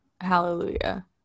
hallelujah